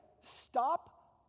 Stop